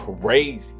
crazy